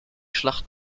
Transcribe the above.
schlacht